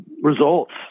results